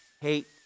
hate